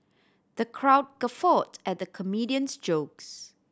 the crowd guffawed at the comedian's jokes